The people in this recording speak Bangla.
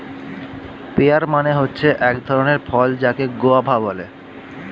পেয়ার মানে হচ্ছে এক ধরণের ফল যাকে গোয়াভা বলে